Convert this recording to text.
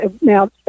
now